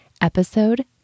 episode